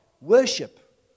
worship